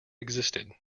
existed